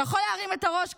אתה יכול להרים את הראש,